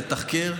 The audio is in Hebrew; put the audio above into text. לתחקר,